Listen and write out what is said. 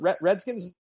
Redskins